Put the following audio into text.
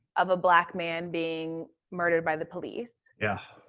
of a black man being murdered by the police. yeah.